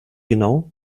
genau